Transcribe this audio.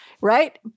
right